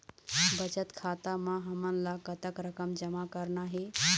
बचत खाता म हमन ला कतक रकम जमा करना हे?